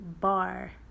bar